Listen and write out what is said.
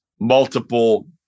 Multiple